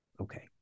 Okay